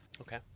Okay